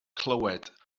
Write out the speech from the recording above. clywed